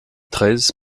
treize